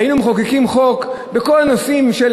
היינו מחוקקים חוק בכל הנושאים של